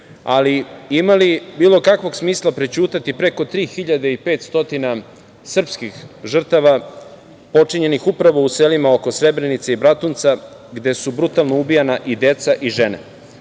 ali ima li bilo kakvog smisla prećutati preko 3.500 srpskih žrtava počinjenih upravo u selima oko Srebrenice i Bratunca gde su brutalno ubijana i deca i